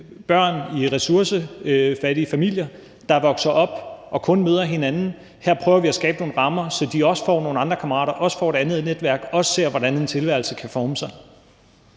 børn i ressourcefattige familier, der vokser op og kun møder hinanden. Her prøver vi at skabe nogle rammer, så de også får nogle andre kammerater, får et andet netværk og også ser, hvordan en tilværelse kan forme sig.